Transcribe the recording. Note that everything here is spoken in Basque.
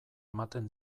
ematen